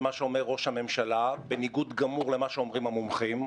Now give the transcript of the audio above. מה שאומר ראש הממשלה בניגוד גמור למה שאומרים המומחים,